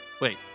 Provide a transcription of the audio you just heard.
Wait